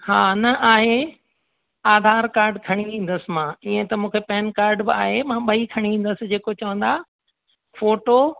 हा न आहे आधार काड खणी ईंदुसि मां इअं त मूंखे पैन काड बि आहे मां ॿई खणी ईंदसि जेको चवंदा फ़ोटो